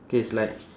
K it's like